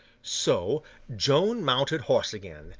so joan mounted horse again,